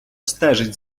стежить